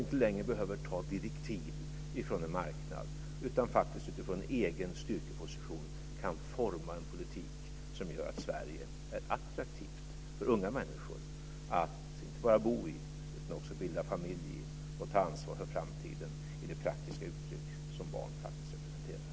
Vi behöver inte längre ta direktiv från en marknad utan kan utifrån en egen styrkeposition forma en politik som gör Sverige attraktivt för unga människor att inte bara bo i utan också bilda familj i och ta ansvar för framtiden i det praktiska uttryck som barn faktiskt representerar.